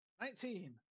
Nineteen